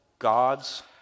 God's